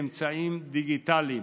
באמצעים דיגיטליים,